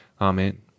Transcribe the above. Amen